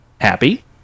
happy